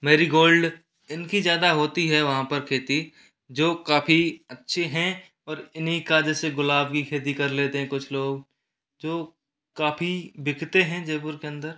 marigold इनकी ज़्यादा होती है वहाँ पर खेती जो काफ़ी अच्छे हैं और इन्ही का जैसे गुलाब की खेती कर लेते हैं कुछ लोग जो काफ़ी बिकते हैं जयपुर के अंदर